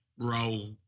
Roll